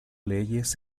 leyes